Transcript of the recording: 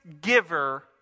giver